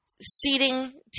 seating